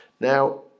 Now